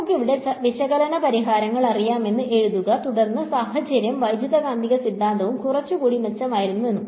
നമുക്ക് ഇവിടെ വിശകലന പരിഹാരങ്ങൾ അറിയാമെന്ന് എഴുതുക തുടർന്ന് സാഹചര്യവും വൈദ്യുതകാന്തിക സിദ്ധാന്തവും കുറച്ചുകൂടി മെച്ചമായിരുന്നു എന്നും